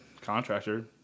contractor